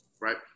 right